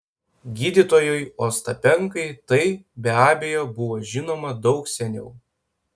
gydytojui ostapenkai tai be abejo buvo žinoma daug seniau